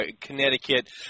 Connecticut